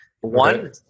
One